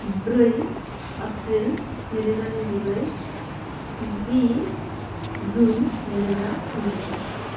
ब्रै एप्रिल नैरोजा नैजिब्रै जि जुन नैरोजा नैजिब्रै